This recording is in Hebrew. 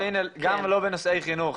גם לא בנושאי חינוך,